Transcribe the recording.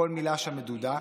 כל מילה שם מדודה,